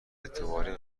اعتباری